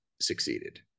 succeeded